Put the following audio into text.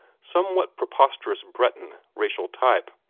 somewhat preposterous breton racial type.